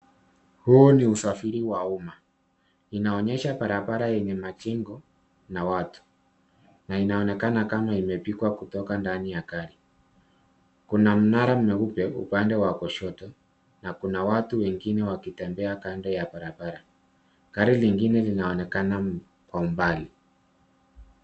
Huu ni usafiri wa umma, inaonyesha barabara yenye majengo na watu, na inaonekana kama imepigwa kutoka ndani ya gari. Kuna mnara meupe upande wa kushoto na kuna watu wengine wakitembea kando ya barabara. Gari lingine linaonekana kwa umbali.